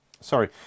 Sorry